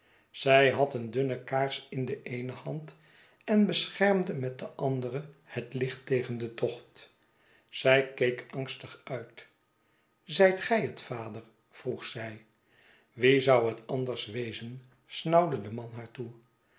zij had een dunne kaars in de eene hand en beschermde met de andere het licht tegen den tocht zij keek angstig uit zijt gij het vader vroeg zij wie zou het anders wezen snauwde de man